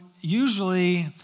usually